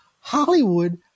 Hollywood